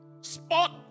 spot